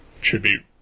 tribute